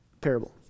parable